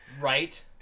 right